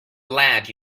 lad